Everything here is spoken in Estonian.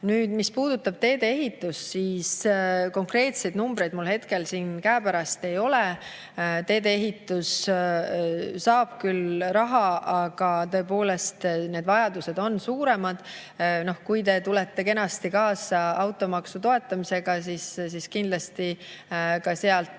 vaja. Mis puudutab teedeehitust, siis konkreetseid numbreid mul hetkel siin käepärast ei ole. Teedeehitus saab küll raha, aga tõepoolest, vajadused on suuremad. Kui te tulete kenasti kaasa automaksu toetamisega, siis kindlasti ka sealt